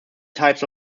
types